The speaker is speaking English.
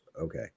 okay